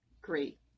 great